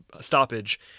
stoppage